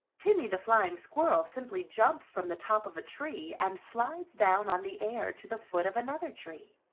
timmy the flying squirrel simply jumps from the top of a tree and slides down on the air to the foot of another tree.